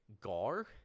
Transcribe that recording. Gar